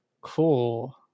cool